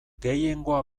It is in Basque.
gehiengoa